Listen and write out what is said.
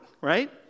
Right